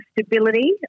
stability